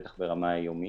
בטח ברמה יומית.